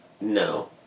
No